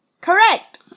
Correct